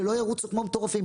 שלא ירוצו כמו מטורפים.